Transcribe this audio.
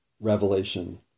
revelation